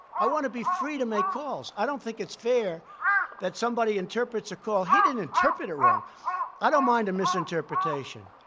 i want to be free to make calls. i don't think it's fair that somebody interprets a call. he didn't interpret it wrong i don't mind a misinterpretation.